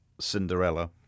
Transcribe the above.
Cinderella